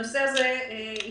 הנושא הזה התקדם